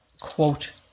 quote